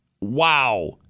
Wow